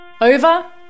Over